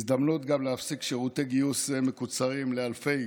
הזדמנות גם להפסיק שירותי גיוס מקוצרים לאלפי